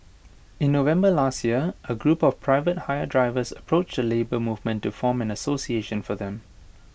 in November last year A group of private hire drivers approached the Labour Movement to form an association for them